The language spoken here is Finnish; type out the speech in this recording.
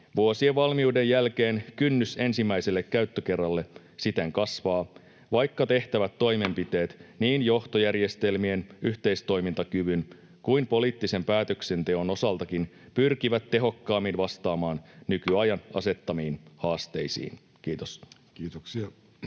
Vuosien valmiuden jälkeen kynnys ensimmäiselle käyttökerralle siten kasvaa, vaikka tehtävät toimenpiteet niin johtojärjestelmien, yhteistoimintakyvyn kuin poliittisen päätöksenteon osaltakin pyrkivät tehokkaammin vastaamaan nykyajan asettamiin haasteisiin. — Kiitos.